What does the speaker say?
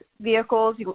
vehicles